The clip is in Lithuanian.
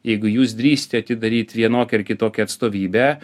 jeigu jūs drįsite atidaryt vienokią ar kitokią atstovybę